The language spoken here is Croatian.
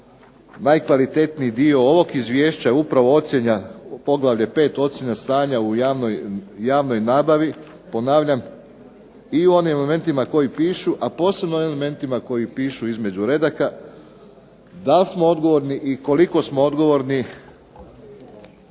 najkvalitetniji dio ovog izvješća je upravo ocjena, poglavlje V. ocjena stanja u javnoj nabavi. Ponavljam i u onim elementima koji pišu, a posebno u elementima koji pišu između redaka dal' smo odgovorni i koliko smo odgovorni